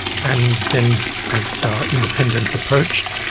and then as so independence approached,